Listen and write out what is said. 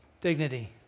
Dignity